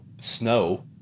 Snow